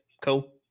Cool